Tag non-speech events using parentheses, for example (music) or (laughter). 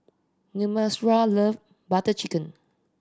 (unintelligible) love Butter Chicken